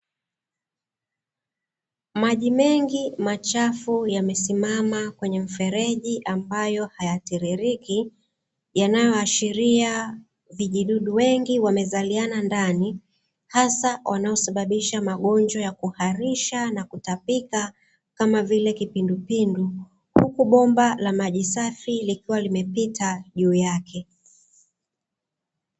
Maji mengi machafu yamesimama kwenye mfereji ambayo hayatiririki, yanayoashiria vijidudu wengi wamezaliana ndani, hasa wanaosababisha magonjwa ya kuharisha na kutapika, kama vile kipindupindu, huku bomba la maji safi likiwa limepita ju yake.